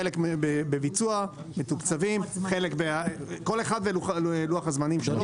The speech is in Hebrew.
חלק מהם בביצוע מתוקצבים, כל אחד בלוח הזמנים שלו.